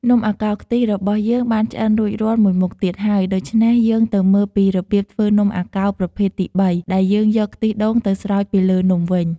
នំអាកោរខ្ទិះរបស់យើងបានឆ្អិនរួចរាល់មួយមុខទៀតហើយ ដូច្នេះ យើងទៅមើលពីរបៀបធ្វើនំអាកោរប្រភេទទីបី ដែលយើងយកខ្ទិះដូងទៅស្រោចពីលើនំវិញ។